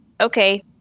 okay